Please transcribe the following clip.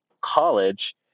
college